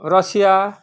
Russia